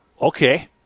Okay